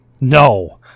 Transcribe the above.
No